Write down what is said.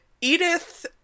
Edith